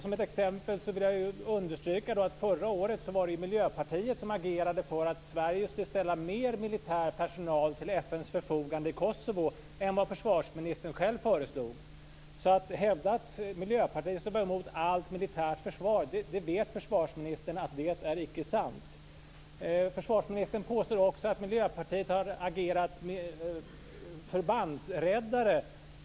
Som ett exempel vill jag säga att det förra året var Miljöpartiet som agerade för att Sverige skulle ställa mer militär personal till FN:s förfogande i Kosovo än vad försvarsministern själv föreslog. Att hävda att Miljöpartiet är emot allt militärt försvar är icke sant. Det vet försvarsministern. Försvarsministern påstår också att Miljöpartiet har agerat förbandsräddare.